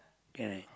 ya